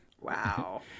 Wow